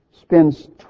spends